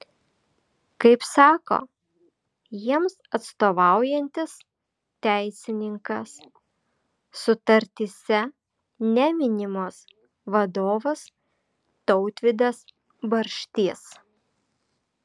kaip sako jiems atstovaujantis teisininkas sutartyse neminimas vadovas tautvydas barštys